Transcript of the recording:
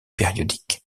périodiques